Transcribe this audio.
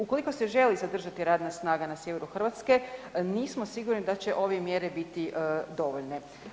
Ukoliko se želi zadržati radna snaga na sjeveru Hrvatske, nismo sigurni da će ove mjere biti dovoljne.